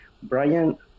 Brian